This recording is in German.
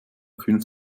fünf